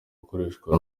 gukoreshwa